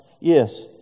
Yes